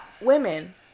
women